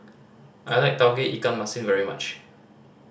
I like Tauge Ikan Masin very much